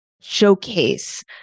showcase